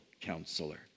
Counselor